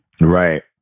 Right